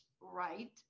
right